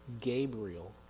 Gabriel